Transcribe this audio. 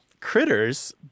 critters